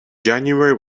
january